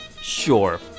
Sure